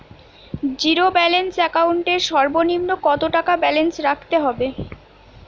Zero balance account এর সর্বনিম্ন কত টাকা ব্যালেন্স রাখতে হবে?